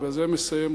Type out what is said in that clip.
ובזה אני מסיים,